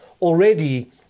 already